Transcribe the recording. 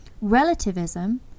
Relativism